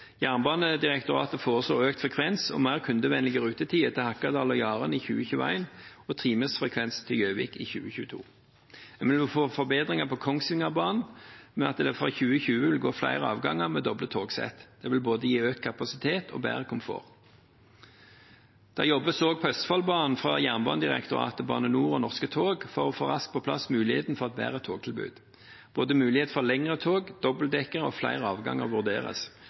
Jernbanedirektoratet foreslår økt frekvens og mer kundevennlige rutetider til Hakadal og Jaren i 2021 og timesfrekvens til Gjøvik i 2022. En vil få forbedringer på Kongsvingerbanen ved at det fra 2020 vil være flere avganger med doble togsett. Det vil gi både økt kapasitet og bedre komfort. Det jobbes også på Østfoldbanen fra Jernbanedirektoratet, Bane NOR og Norske tog for raskt å få på plass muligheten for et bedre togtilbud. Både mulighet for lengre tog, dobbeltdekkere og flere avganger vurderes,